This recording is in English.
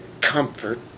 comfort